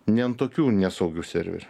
ne ant tokių nesaugių serverių